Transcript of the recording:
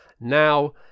Now